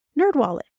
NerdWallet